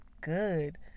good